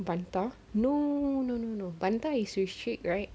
bantah no no no no bantah is you shake right